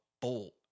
bolt